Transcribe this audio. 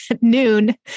noon